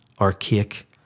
archaic